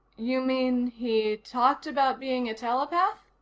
you mean he talked about being a telepath?